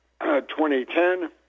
2010